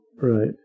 Right